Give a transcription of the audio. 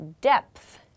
depth